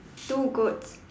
two goat